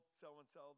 so-and-so